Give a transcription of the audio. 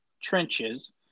Trenches